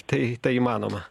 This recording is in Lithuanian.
tai tai įmanoma